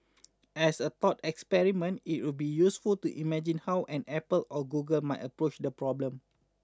as a thought experiment it would be useful to imagine how an Apple or Google might approach the problem